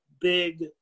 big